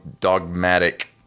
dogmatic